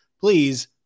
please